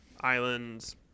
islands